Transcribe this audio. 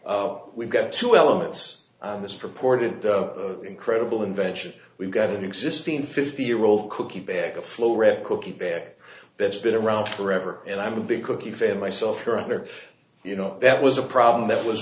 got we've got two elements in this purported incredible invention we've got an existing fifty year old cookie back a flow red cookie bag that's been around forever and i'm a big cookie fan myself character you know that was a problem that was